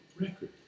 record